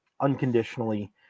unconditionally